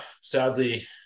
sadly